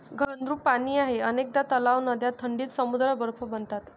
घनरूप पाणी आहे अनेकदा तलाव, नद्या थंडीत समुद्रावर बर्फ बनतात